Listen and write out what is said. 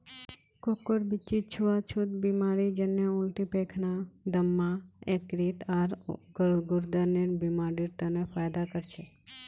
कोकोर बीच्ची छुआ छुत बीमारी जन्हे उल्टी पैखाना, दम्मा, यकृत, आर गुर्देर बीमारिड तने फयदा कर छे